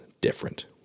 different